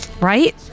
Right